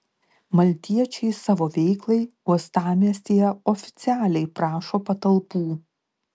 maltiečiai savo veiklai uostamiestyje oficialiai prašo patalpų